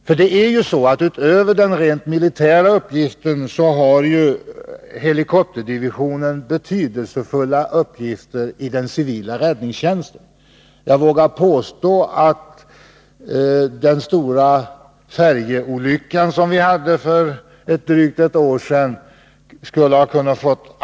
Därtill kommer att dessa helikoptrar har utomordentligt betydelsefulla uppgifter för den civila räddningstjänsten på västkusten och då alldeles speciellt i den stora bohuslänska skärgården.